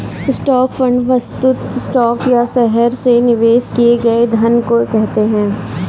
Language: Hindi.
स्टॉक फंड वस्तुतः स्टॉक या शहर में निवेश किए गए धन को कहते हैं